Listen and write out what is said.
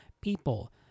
people